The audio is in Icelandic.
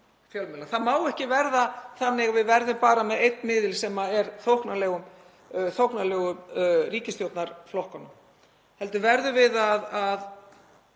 fjölmiðlar. Það má ekki verða þannig að við verðum bara með einn miðil sem er þóknanlegur ríkisstjórnarflokkunum heldur verðum við að